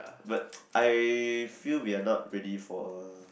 but I feel we are not ready for a